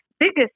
biggest